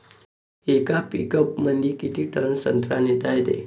येका पिकअपमंदी किती टन संत्रा नेता येते?